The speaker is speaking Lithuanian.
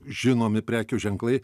žinomi prekių ženklai